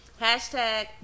Hashtag